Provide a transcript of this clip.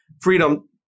freedom